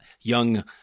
young